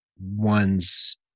one's